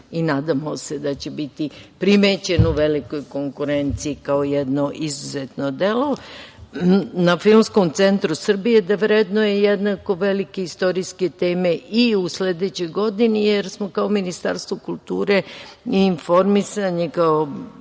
Nadamo se da će biti primećen u velikoj konkurenciji, kao jedno izuzetno delo. Na Filmskom centru Srbije je da vrednuje jednako velike istorijske teme i u sledećoj godini, jer smo kao Ministarstvo kulture i informisanja,